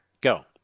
go